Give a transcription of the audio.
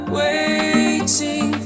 waiting